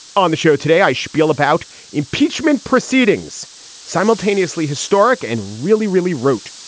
on the show today, i shpiel about impeachment proceedings simultaneously historic and really, really rote.